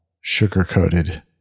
sugar-coated